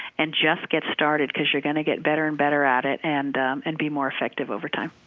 and just get started, because you're going to get better and better at it and and be more effective over time.